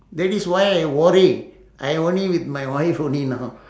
that is why I worry I only with my wife only now